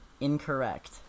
Incorrect